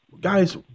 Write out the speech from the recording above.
guys